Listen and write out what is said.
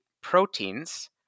proteins